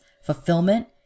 Fulfillment